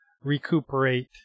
recuperate